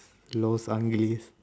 los angeles